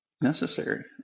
necessary